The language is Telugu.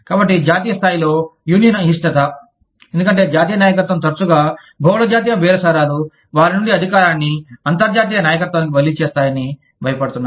కాబట్టి జాతీయ స్థాయిలో యూనియన్ అయిష్టత ఎందుకంటే జాతీయ నాయకత్వం తరచుగా బహుళ జాతీయ బేరసారాలు వారి నుండి అధికారాన్ని అంతర్జాతీయ నాయకత్వానికి బదిలీ చేస్తాయని భయపడుతున్నాయి